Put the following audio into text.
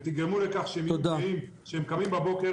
ותגרמו לכך שהם יהיו גאים שהם קמים בבוקר